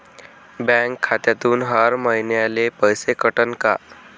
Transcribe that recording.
Bank खात्यातून हर महिन्याले पैसे कटन का?